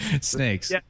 Snakes